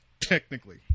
technically